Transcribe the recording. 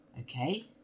Okay